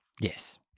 Yes